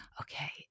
okay